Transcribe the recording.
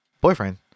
Boyfriend